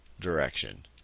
direction